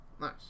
nice